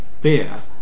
beer